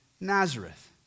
Nazareth